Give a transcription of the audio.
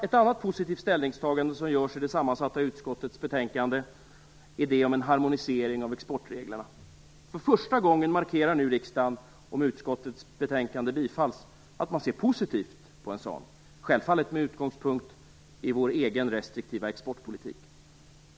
Ett annat positivt ställningstagande som görs i det sammansatta utskottets betänkande är det om en harmonisering av exportreglerna. För första gången markerar nu riksdagen - om utskottets betänkande bifalls - att man ser positivt på en sådan, självfallet med utgångspunkt i vår egen restriktiva exportpolitik.